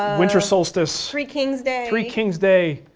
um winter solstice. three kings' day. three kings' day,